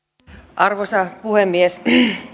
arvoisa puhemies